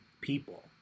people